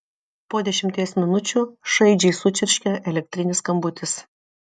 po dešimties minučių šaižiai sučirškė elektrinis skambutis